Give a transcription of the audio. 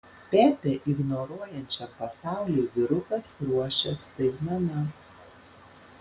pepę ignoruojančiam pasauliui vyrukas ruošia staigmena